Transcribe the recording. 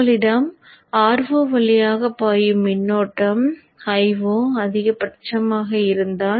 உங்களிடம் Ro வழியாக பாயும் மின்னோட்டம் Io அதிகபட்சம் இருந்தால்